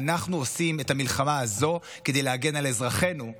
אנחנו עושים את המלחמה הזו כדי להגן על אזרחינו,